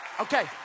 Okay